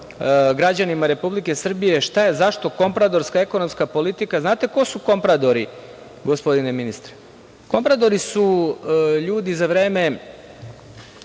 građanima Republike Srbije zašto kompradorska ekonomska politika, znate ko su kompradori, gospodine ministre? Kompradori su ljudi za vreme